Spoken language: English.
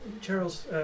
Charles